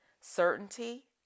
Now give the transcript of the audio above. certainty